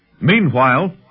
Meanwhile